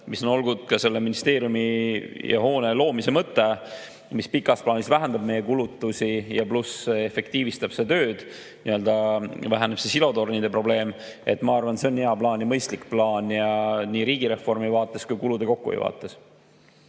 mis on olnud ka selle ministeeriumihoone loomise mõte, pikas plaanis vähendab meie kulutusi ja pluss efektiivistab kogu tööd. Väheneb see nii-öelda silotornide probleem. Ma arvan, et see on hea plaan ja mõistlik plaan nii riigireformi vaates kui ka kulude kokkuhoiu vaates.